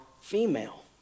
female